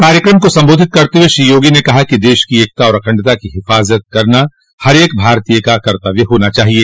कार्यक्रम को संबोधित करते हुए श्री योगी ने कहा कि देश की एकता और अखंडता की हिफाजत करना हर एक भारतीय का कर्तव्य होना चाहिए